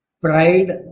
pride